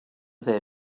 their